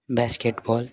basketball